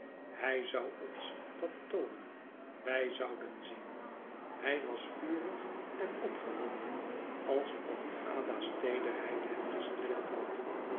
hij zou ons dat toonen wij zouden zien hij was vurig en opgewonden alsof ada's teederheid hem gestreeld had